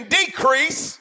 decrease